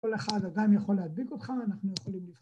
‫כל אחד עדיין יכול להדביק אותך...